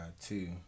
two